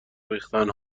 ریختن